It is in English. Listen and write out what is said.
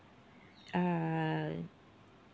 uh